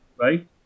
right